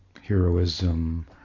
heroism